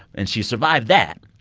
and she survived that.